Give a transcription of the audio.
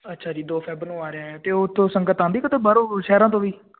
ਅੱਛਾ ਜੀ ਦੋ ਫੈੱਬ ਨੂੰ ਆ ਰਿਹਾ ਅਤੇ ਉੱਥੋਂ ਸੰਗਤ ਆਉਂਦੀ ਕਿਤੋਂ ਬਾਹਰੋਂ ਸ਼ਹਿਰਾਂ ਤੋਂ ਵੀ